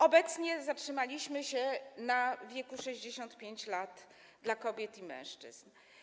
Obecnie zatrzymaliśmy się na wieku 65 lat dla kobiet i mężczyzn.